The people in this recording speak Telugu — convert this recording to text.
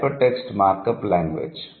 hyper text markup language